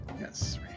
Yes